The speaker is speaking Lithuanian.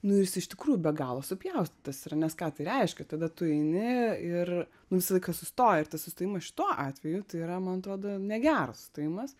nu ir jis iš tikrųjų be galo supjaustytas yra nes ką tai reiškia tada tu eini ir nu visą laiką sustoji ir tas sustojimas šituo atveju tai yra man atrodo negeras sustojimas